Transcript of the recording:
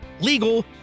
legal